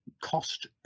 cost